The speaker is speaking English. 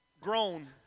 grown